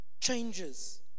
changes